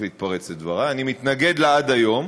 עד היום.